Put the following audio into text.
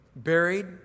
Buried